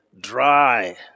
dry